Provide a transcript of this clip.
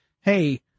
hey